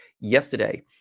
yesterday